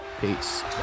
peace